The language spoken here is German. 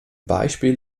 beispiel